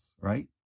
Right